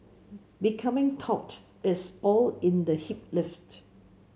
becoming taut is all in the hip lift